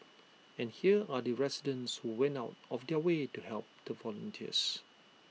and here are the residents who went out of their way to help the volunteers